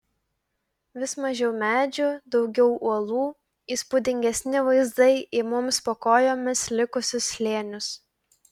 vis mažiau medžių daugiau uolų įspūdingesni vaizdai į mums po kojomis likusius slėnius